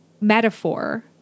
metaphor